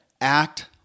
Act